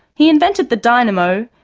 he invented the dynamo,